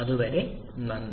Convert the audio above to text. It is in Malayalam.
അതുവരെ നന്ദി